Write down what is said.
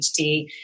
HD